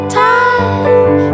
time